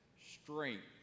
strength